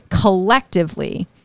collectively